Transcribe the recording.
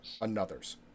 Anothers